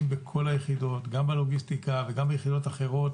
בכל היחידות גם בלוגיסטיקה וגם ביחידות אחרות